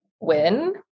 win